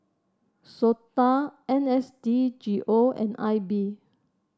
SOTA N S D G O and I B